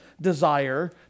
desire